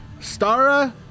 Stara